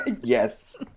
Yes